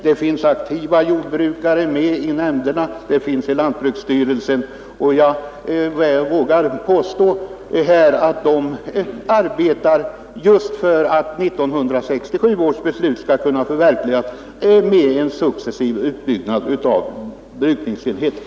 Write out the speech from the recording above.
Det finns aktiva jordbrukare med i nämnderna liksom i lantbruksstyrelsen, och jag vågar påstå att de arbetar just för att 1967 års beslut skall kunna förverkligas med en successiv utbyggnad av brukningsenheterna.